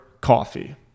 Coffee